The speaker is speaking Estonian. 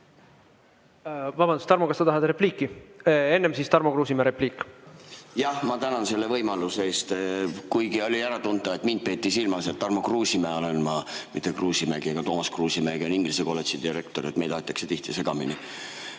Vabandust! Tarmo, kas sa tahad repliiki? Enne siis Tarmo Kruusimäe repliik. Jah, ma tänan selle võimaluse eest! Kuigi oli äratuntav, et mind peeti silmas, siis Tarmo Kruusimäe olen ma, mitte Kruusimägi. Toomas Kruusimägi on Inglise Kolledži direktor. Meid aetakse tihti segamini. Jaa,